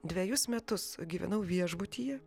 dvejus metus gyvenau viešbutyje